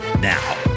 Now